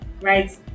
right